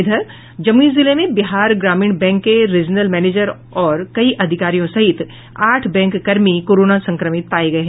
इधर जमुई जिले में बिहार ग्रामीण बैंक के रिजनल मैनेजर और कई अधिकारियों सहित आठ बैंक कर्मी कोरोना संक्रमित हो गये